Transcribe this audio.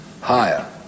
Higher